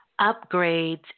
upgrades